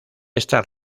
esta